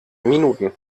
minuten